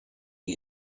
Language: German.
die